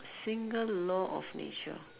single law of nature